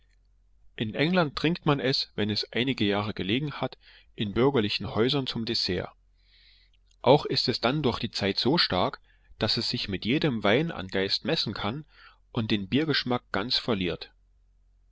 in england trinkt man es wenn es einige jahre gelegen hat in bürgerlichen häusern zum dessert auch ist es dann durch die zeit so stark daß es sich mit jedem wein an geist messen kann und den biergeschmack ganz verliert